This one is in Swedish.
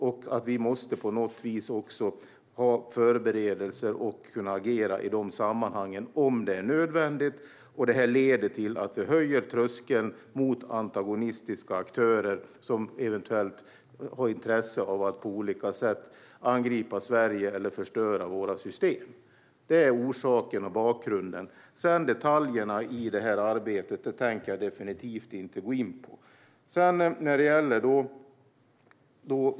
Vi måste också på något vis vara förberedda och kunna agera i de sammanhangen om det är nödvändigt. Det leder till att vi höjer tröskeln mot antagonistiska aktörer som eventuellt har intresse av att på olika sätt angripa Sverige eller förstöra våra system. Det är bakgrunden. Detaljerna i arbetet tänker jag definitivt inte gå in på.